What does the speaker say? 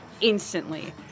instantly